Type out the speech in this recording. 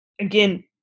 again